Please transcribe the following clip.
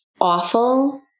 awful